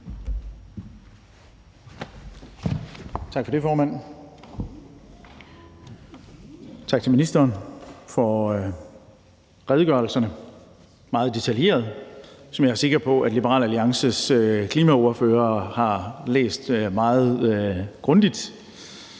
Tak for det, formand. Tak til ministeren for redegørelserne, som er meget detaljerede, og som jeg er sikker på, at Liberal Alliances klimaordfører har læst meget grundigt.